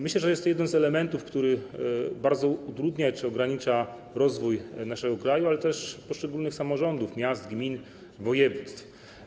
Myślę, że jest to jeden z elementów, które bardzo utrudniają czy ograniczają rozwój naszego kraju, ale też poszczególnych samorządów, miast, gmin, województw.